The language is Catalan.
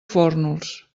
fórnols